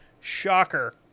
Shocker